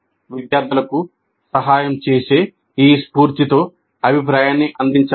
విద్యార్థులకు సహాయం చేసే ఈ స్ఫూర్తితో అభిప్రాయాన్ని అందించాలి